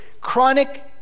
chronic